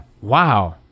Wow